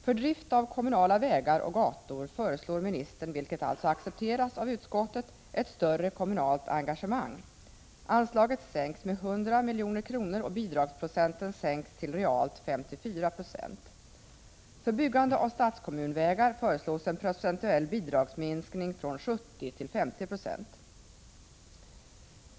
För drift av kommunala vägar och gator föreslår ministern, vilket alltså accepteras av utskottet, ett större kommunalt engagemang. Anslaget sänks med 100 milj.kr., och bidragsprocenten sänks till realt 54 26. För byggande av statskommunvägar föreslås en procentuell bidragsminskning från 70 96 till 50 96.